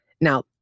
Now